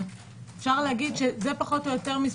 זה פחות או יותר.